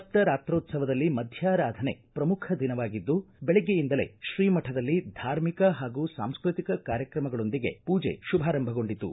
ಸಪ್ತ ರಾತ್ರೋತ್ಸವದಲ್ಲಿ ಮಧ್ಕಾರಾಧನೆ ಪ್ರಮುಖ ದಿನವಾಗಿದ್ದು ಬೆಳಗ್ಗೆಯಿಂದಲೇ ಶ್ರೀಮಠದಲ್ಲಿ ಧಾರ್ಮಿಕ ಹಾಗೂ ಸಾಂಸ್ಕೃತಿಕ ಕಾರ್ಯಕ್ರಮಗಳೊಂದಿಗೆ ಪೂಜೆ ಶುಭಾರಂಭಗೊಂಡಿತು